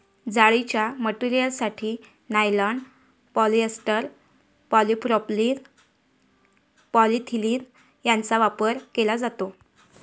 जाळीच्या मटेरियलसाठी nylon, polyester, polypropylene, polyethylene यांचा वापर केला जातो